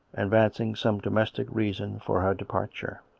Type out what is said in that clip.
advancing some domestic reason for her departure.